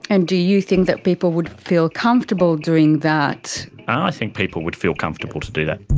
and do you think that people would feel comfortable doing that? i think people would feel comfortable to do that.